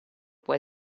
può